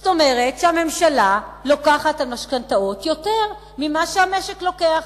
זאת אומרת שהממשלה לוקחת על המשכנתאות יותר ממה שהמשק לוקח,